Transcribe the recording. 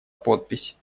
подпись